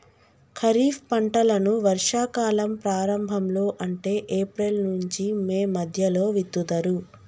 ఖరీఫ్ పంటలను వర్షా కాలం ప్రారంభం లో అంటే ఏప్రిల్ నుంచి మే మధ్యలో విత్తుతరు